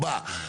ארבעה,